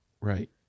right